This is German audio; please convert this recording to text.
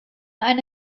eine